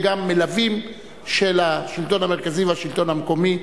גם מלווים של השלטון המרכזי והשלטון המקומי,